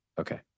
Okay